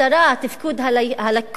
התפקוד הלקוי,